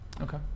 okay